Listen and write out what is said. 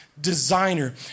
designer